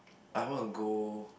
I want go